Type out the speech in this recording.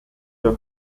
der